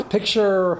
Picture